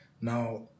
Now